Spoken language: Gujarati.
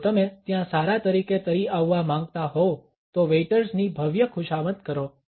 જો તમે ત્યાં સારા તરીકે તરી આવવા માંગતા હોવ તો વેઇટર્સ ની ભવ્ય ખુશામત કરો